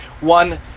one